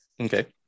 Okay